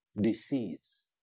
disease